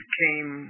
came